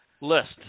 list